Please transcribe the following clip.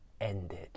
ended